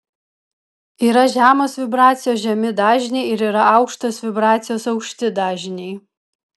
yra žemos vibracijos žemi dažniai ir yra aukštos vibracijos aukšti dažniai